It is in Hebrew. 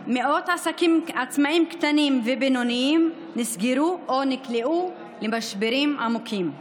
מאות עסקים עצמאים קטנים ובינוניים נסגרו או נקלעו למשברים עמוקים.